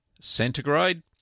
centigrade